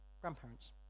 grandparents